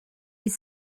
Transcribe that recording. est